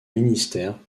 ministère